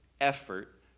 effort